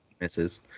misses